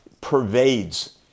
pervades